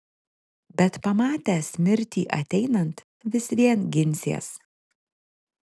bet pamatęs mirtį ateinant vis vien ginsies